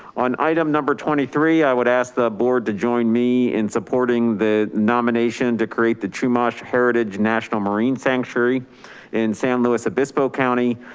on item number twenty three, i would ask the board to join me in supporting the nomination to create the chumash heritage national marine sanctuary in san luis obispo county.